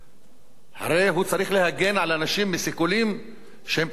הרי הוא צריך להגן על אנשים מסיכולים שהם פחות ממוקדים.